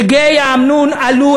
דגי האמנון עלו.